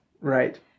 Right